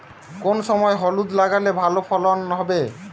কোন সময় হলুদ লাগালে ভালো ফলন হবে?